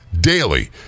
daily